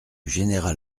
général